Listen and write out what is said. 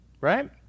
Right